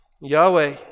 Yahweh